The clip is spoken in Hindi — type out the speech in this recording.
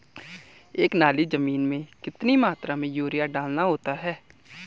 एक नाली जमीन में कितनी मात्रा में यूरिया डालना होता है?